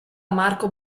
marco